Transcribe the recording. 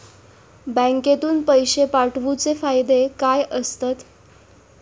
बँकेतून पैशे पाठवूचे फायदे काय असतत?